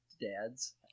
dads